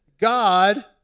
God